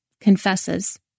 confesses